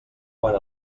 quan